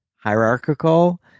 hierarchical